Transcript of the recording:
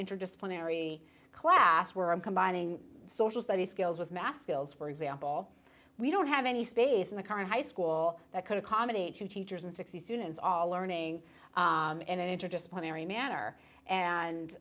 interdisciplinary class where i'm combining social so the skills with math skills for example we don't have any space in the current high school that could accommodate your teachers and sixty students all learning in an interdisciplinary manner